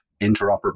interoperable